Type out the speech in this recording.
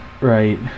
Right